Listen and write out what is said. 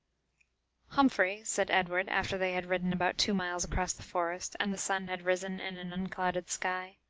humphrey, said edward, after they had ridden about two miles across the forest, and the sun had risen in an unclouded sky,